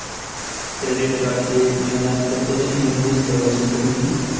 Credit card से एक महीनात कतेरी लेन देन करवा सकोहो ही?